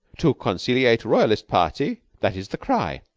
to conciliate royalist party, that is the cry.